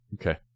Okay